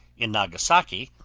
in nagasaki,